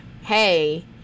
Hey